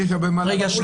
לי יש הרבה מה לומר.